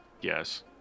Yes